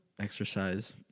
exercise